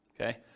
okay